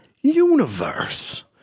universe